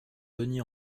denis